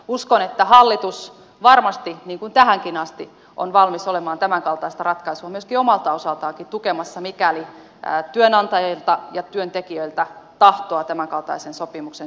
uskon että hallitus varmasti niin kuin tähänkin asti on valmis olemaan tämänkaltaista ratkaisua omalta osaltaankin tukemassa mikäli työnantajilta ja työntekijöiltä tahtoa tämänkaltaisen sopimuksen syntymiseen löytyy